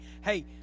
Hey